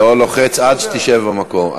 לא לוחץ עד שתשב במקום.